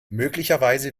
möglicherweise